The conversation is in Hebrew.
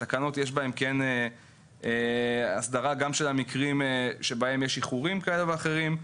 בתקנות יש הסדרה גם של המקרים שבהם יש איחורים כאלה ואחרים,